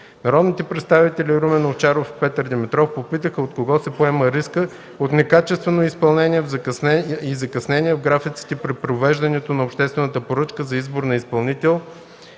Народните представители Румен Овчаров и Петър Димитров попитаха от кого се поема риска от некачествено изпълнение и закъснение в графиците при провеждането на обществена поръчка за избор на изпълнител